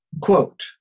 quote